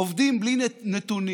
עובדים בלי נתונים,